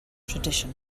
tradition